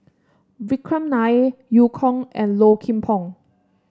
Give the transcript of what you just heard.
Vikram Nair Eu Kong and Low Kim Pong